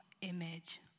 image